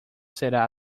será